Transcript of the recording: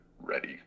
ready